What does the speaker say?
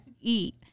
eat